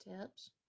tips